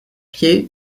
pied